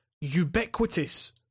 ubiquitous